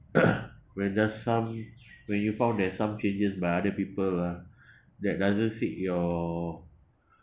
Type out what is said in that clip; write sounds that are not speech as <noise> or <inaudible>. <noise> when there's some when you found there's some changes by other people ah <breath> that doesn't seek your